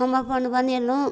हम अपन बनेलहुँ